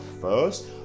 first